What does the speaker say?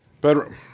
Bedroom